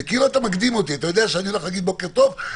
וכאילו אתה מקדים אותי: אתה יודע שאני הולך להגיד בוקר טוב,